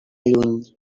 lluny